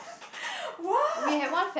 what